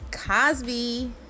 Cosby